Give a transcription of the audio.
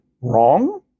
wrong